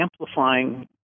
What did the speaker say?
amplifying